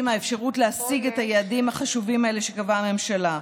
מהאפשרות להשיג את היעדים החשובים האלה שקבעה הממשלה.